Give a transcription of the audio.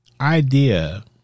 idea